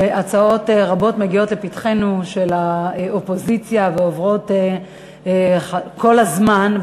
שהצעות רבות של האופוזיציה מגיעות לפתחנו ועוברות כל הזמן.